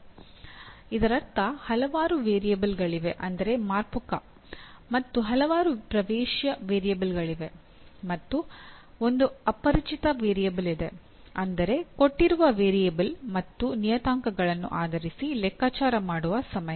ಇದರರ್ಥ ಹಲವಾರು ವೇರಿಯಬಲ್ಗಳಿವೆ ಮತ್ತು ಹಲವಾರು ಪ್ರವೇಶ್ಯ ವೇರಿಯಬಲ್ಗಳಿವೆ ಮತ್ತು ಒಂದು ಅಪರಿಚಿತ ವೇರಿಯಬಲ್ ಇದೆ ಅಂದರೆ ಕೊಟ್ಟಿರುವ ವೇರಿಯಬಲ್ ಮತ್ತು ನಿಯತಾಂಕಗಳನ್ನು ಆಧರಿಸಿ ಲೆಕ್ಕಾಚಾರ ಮಾಡುವ ಸಮಯ